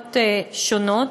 בתקופות שונות,